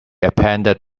appended